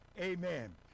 amen